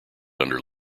under